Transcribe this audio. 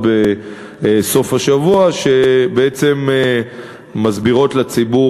ובסוף השבוע יהיו עוד מודעות שמסבירות לציבור